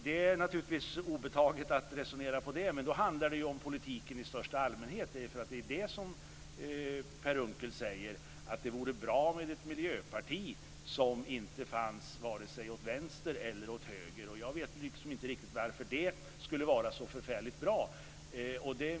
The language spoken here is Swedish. Det är Per Unckel obetaget att resonera på det sättet, men då handlar det om politiken i största allmänhet. Det är det som Per Unckel säger, nämligen att det vore bra med ett miljöparti som inte finns vare sig åt vänster eller åt höger. Jag vet inte varför det skulle vara så bra.